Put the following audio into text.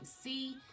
see